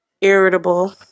irritable